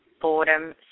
boredom